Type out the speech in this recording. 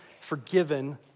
forgiven